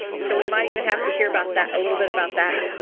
so we might even have to hear about that, a little bit about that.